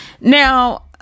Now